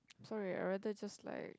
sorry I rather just like